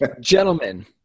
gentlemen